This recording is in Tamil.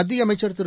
மத்திய அமைச்சர் திரு